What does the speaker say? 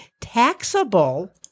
taxable